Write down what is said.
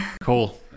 Cool